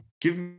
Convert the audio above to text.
give